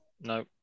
No